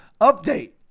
update